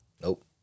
Nope